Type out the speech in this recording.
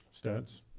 stats